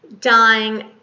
dying